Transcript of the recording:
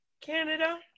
Canada